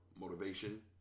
motivation